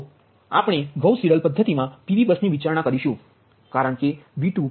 તેથી આપણે Gauss Seidel પદ્ધતિમા PV બસની વિચારણા કરીશુ કારણ કે V2એ 1